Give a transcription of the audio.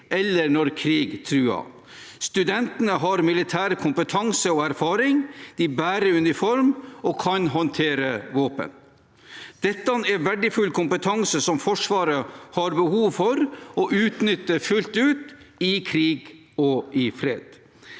eller når krig truer. Studentene har militær kompetanse og erfaring, de bærer uniform og kan håndtere våpen. Dette er verdifull kompetanse som Forsvaret har behov for å utnytte fullt ut, i krig og i fred.